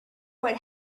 what